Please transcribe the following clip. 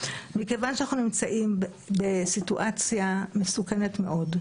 מכיוון שאנחנו נמצאים בסיטואציה מסוכנת מאוד,